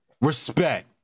Respect